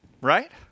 Right